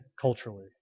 culturally